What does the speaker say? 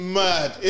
mad